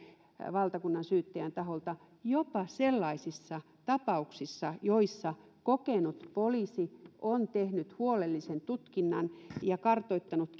valtakunnansyyttäjän taholta jopa sellaisissa tapauksissa joissa kokenut poliisi on tehnyt huolellisen tutkinnan ja kartoittanut